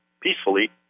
peacefully